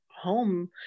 home